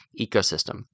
ecosystem